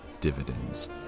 dividends